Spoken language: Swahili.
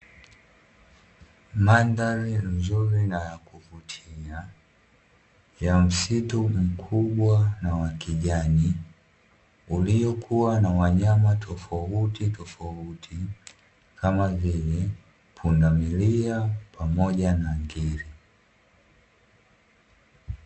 Mandhari nzuri na ya kuvutia, ya msitu mkubwa na wa kijani uliokuwa na wanyama tofautitofauti kama vile pundamilia pamoja na ngiri.